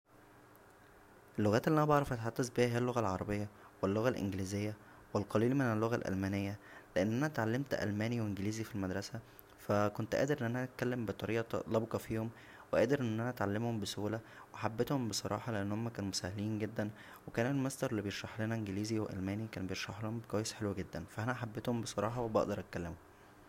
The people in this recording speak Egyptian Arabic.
اللغات اللى انا بعرف اتحدث بيها هى اللغه العربيه واللغه الانجليزيه و القليل ن اللغه الالمانيه لان انا اتعلمت المانى و انجليزى فى المدرسه فا كنت قادر ان انا اتكلم بطريقه لبقه فيهم و قادر ان انا اتعلمهم بسهوله وحبيتهم بصراحه لانهم كانو سهلين جدا وكمان المستر اللى كان بيشرحلنا انجليزى و المانى كان بيشحهم كويس حلو جدا فا انا حبيتهم بصراحه وبقدر اتكلمهم